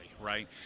right